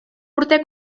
urte